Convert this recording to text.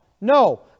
No